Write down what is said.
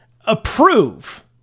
approve